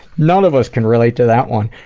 none of us can relate to that one!